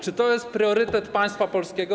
Czy to jest priorytet państwa polskiego?